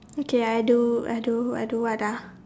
okay I do I do I do what